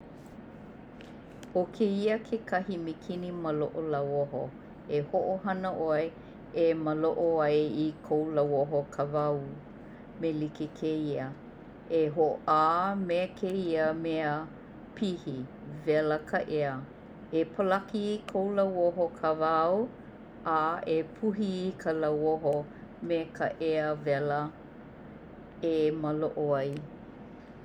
"O kēia kekahi mikini malo'o lauoho. E ho'ohana 'oe e malo'o ai i kou lauoho kawaū me like kēia: E ho'ā me kēia mea pihi; wela ka 'ea E palaki i kou lauoho kawaū a e puhi i ka lauoho me ka 'ea wela e malo'o ai.